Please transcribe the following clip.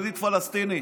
יהודית-פלסטינית.